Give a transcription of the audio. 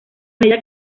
medida